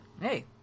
Hey